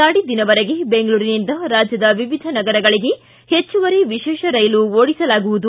ನಾಡಿದ್ದಿನವರೆಗೆ ಬೆಂಗಳೂರಿನಿಂದ ರಾಜ್ಯದ ವಿವಿಧ ನಗರಗಳಿಗೆ ಹೆಚ್ಚುವರಿ ವಿಶೇಷ ರೈಲು ಓಡಿಸಲಾಗುವುದು